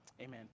amen